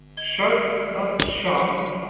shut up shop,